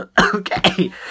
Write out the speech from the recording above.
okay